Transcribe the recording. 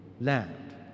land